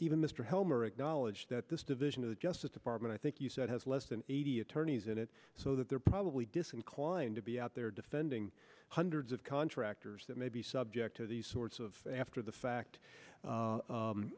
even mr helmer acknowledged that this division of the justice department i think you said has less than eighty attorneys in it so that they're probably disinclined to be out there defending hundreds of contractors that may be subject to these sorts of after the fact